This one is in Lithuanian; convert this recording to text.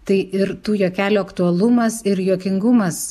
tai ir tų juokelių aktualumas ir juokingumas